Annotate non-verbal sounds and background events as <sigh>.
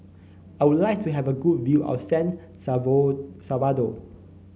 I would like to have a good view of San <unintelligible> Salvador